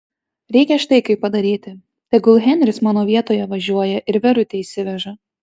reikia štai kaip padaryti tegul henris mano vietoje važiuoja ir verutę išsiveža